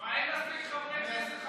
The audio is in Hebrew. מה, אין מספיק חברי כנסת חרדים?